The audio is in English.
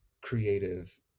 creative